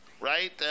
right